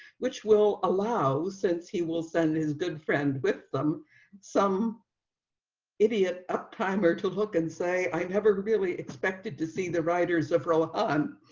which will allow since he will send his good friends with them some idiot up timer to look and say i never really expected to see the writers of role on